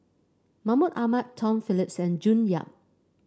Mahmud Ahmad Tom Phillips and June Yap